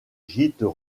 gîtes